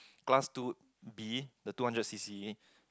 class two B the two hundred C_C